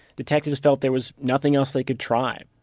detectives felt there was nothing else they could try.